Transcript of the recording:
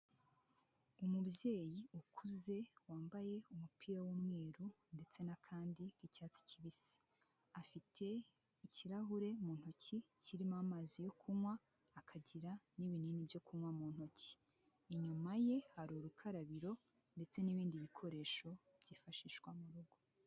Umubyeyi ukuze wambaye umupira w'umweru ndetse n'akandi k'icyatsi kibisi, afite ikirahure mu ntoki kirimo amazi yo kunywa akagira n'ibinini byo kunywa mu ntoki. Inyuma ye hari urukarabiro ndetse n'ibindi bikoresho byifashishwa mu rugo.